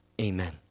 Amen